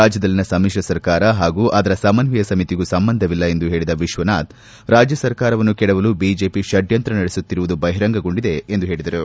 ರಾಜ್ಯದಲ್ಲಿನ ಸಮಿತ್ರ ಸರ್ಕಾರ ಹಾಗೂ ಅದರ ಸಮನ್ನಯ ಸಮಿತಿಗೂ ಸಂಬಂಧವಿಲ್ಲ ಎಂದು ಹೇಳಿದ ವಿಶ್ವನಾಥ್ ರಾಜ್ಯ ಸರ್ಕಾರವನ್ನು ಕೆಡವಲು ಬಿಜೆಪಿ ಪಡ್ಡಂತ್ರ ನಡೆಸುತ್ತಿರುವುದು ಬಹಿರಂಗಗೊಂಡಿದೆ ಎಂದು ಹೇಳಿದರು